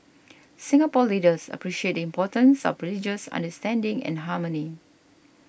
Singapore leaders appreciate the importance of religious understanding and harmony